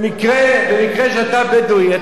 במקרה שאתה בדואי,